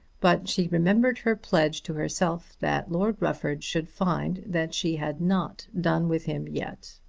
but she remembered her pledge to herself that lord rufford should find that she had not done with him yet.